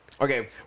Okay